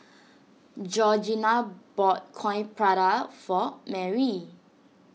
Georgina bought Coin Prata for Marry